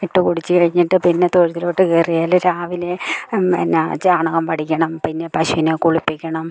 ഇട്ട് കുടിച്ച് കഴിഞ്ഞിട്ട് പിന്നെ തൊഴുത്തിലോട്ട് കയറിയാൽ രാവിലെ എന്നാ ചാണകം വടിക്കണം പിന്നെ പശുവിനെ കുളിപ്പിക്കണം